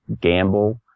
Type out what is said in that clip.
gamble